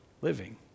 living